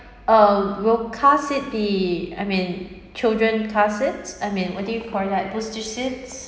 oh will car seat be I mean children car seats I mean what do you call that booster seats